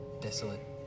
desolate